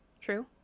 true